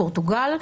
פורטוגל,